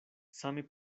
same